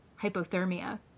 hypothermia